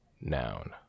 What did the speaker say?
Noun